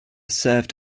served